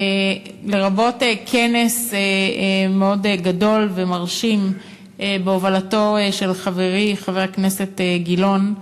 לרבות כנס מאוד גדול ומרשים בהובלתו של חברי חבר הכנסת גילאון,